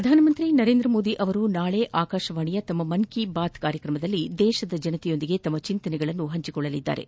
ಪ್ರಧಾನಮಂತ್ರಿ ನರೇಂದ್ರ ಮೋದಿ ನಾಳೆ ಆಕಾಶವಾಣಿಯ ತಮ್ಮ ಮನ್ ಕಿ ಬಾತ್ ಕಾರ್ಯಕ್ರಮದಲ್ಲಿ ದೇಶದ ಜನತೆಯೊಂದಿಗೆ ತಮ್ಮ ಚಿಂತನೆಗಳನ್ನು ಪಂಚಿಕೊಳ್ಳಲಿದ್ದಾರೆ